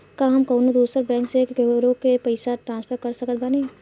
का हम कउनों दूसर बैंक से केकरों के पइसा ट्रांसफर कर सकत बानी?